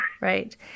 Right